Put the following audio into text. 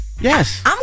Yes